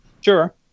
sure